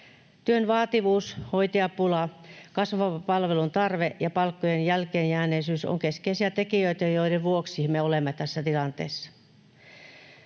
Työn vaativuus, hoitajapula, kasvava palveluntarve ja palkkojen jälkeenjääneisyys ovat keskeisiä tekijöitä, joiden vuoksi me olemme tässä tilanteessa.